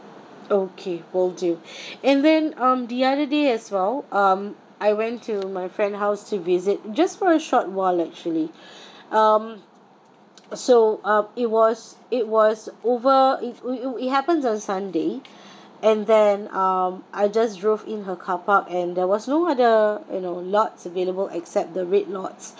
okay will do and then um the other day as well um I went to my friend house to visit just for a short while actually um so um it was it was over it it it it happens on sunday and then um I just drove in her car park and there was no other you know lots available except the red lots